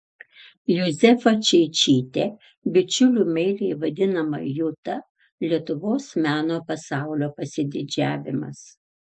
juzefa čeičytė bičiulių meiliai vadinama juta lietuvos meno pasaulio pasididžiavimas